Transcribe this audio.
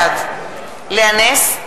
בעד לאה נס,